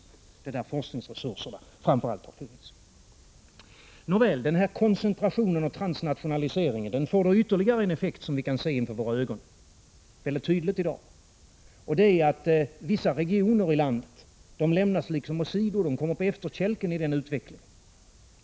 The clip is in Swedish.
Det är framför allt där forskningsresurserna har funnits. Nåväl, denna koncentration och transnationalisering får ytterligare en effekt, som vi kan se mycket tydligt inför våra ögon i dag. Det är att vissa regioner i landet lämnas åsido och kommer på efterkälken i den utveckling en.